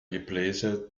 gebläse